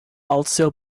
also